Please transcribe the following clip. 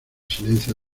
silencio